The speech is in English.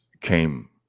came